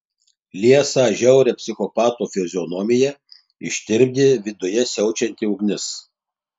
liesą žiaurią psichopato fizionomiją ištirpdė viduje siaučianti ugnis